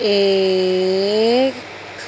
ایک